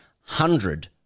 hundred